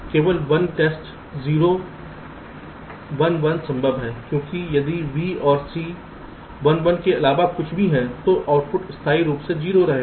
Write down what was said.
केवल 1 टेस्ट 0 1 1 संभव है क्योंकि यदि B और C 1 1 के अलावा कुछ भी हैं तो आउटपुट स्थायी रूप से 0 होगा